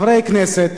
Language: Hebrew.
חברי כנסת,